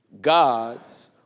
God's